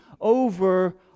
over